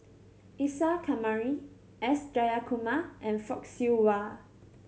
Isa Kamari S Jayakumar and Fock Siew Wah